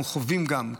אנחנו חווים גם,